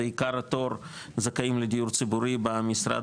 זה עיקר התור של הזכאים לדיור ציבורי במשרד